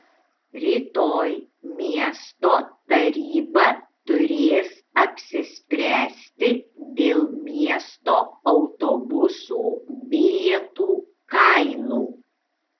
rytoj miesto taryba turės apsispręsti dėl miesto autobusų bilietų kainų